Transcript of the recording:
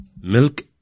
milk